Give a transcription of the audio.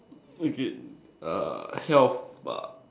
okay err health bah